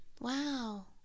wow